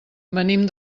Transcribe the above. venim